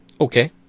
okay